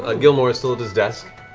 ah gilmore is still at his desk.